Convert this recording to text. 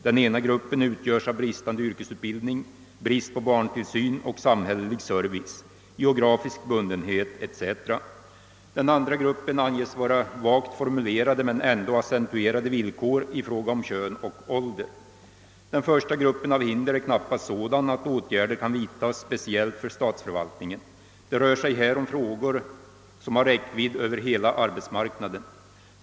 Den ena gruppen utgöres av bristande yrkesutbildning, brist på barntillsyn och samhällelig service, geografisk bundenhet etc. Den andra gruppen anges vara vagt formulerade men ändå accentuerade villkor i fråga om kön och ålder. Den första gruppen av hinder är knappast sådan att åtgärder kan vidtas speciellt för statsförvaltningen. Det rör sig här om frågor som har räckvidd över hela arbetsmarknaden.